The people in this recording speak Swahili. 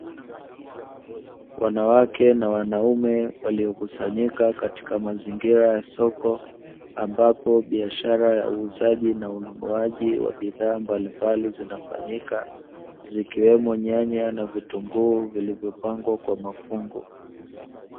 Wanawake na wanaume waliokusanyika katika mazingira ya soko, ambapo biashara ya uuzaji na ununuaji wa bidhaa mbalimbali zinafanyika, zikiwemo nyanya na vitunguu vilivyopangwa kwa mafungu.